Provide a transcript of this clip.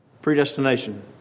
Predestination